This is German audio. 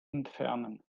entfernen